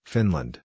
Finland